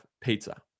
pizza